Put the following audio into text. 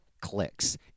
clicks